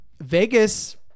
Vegas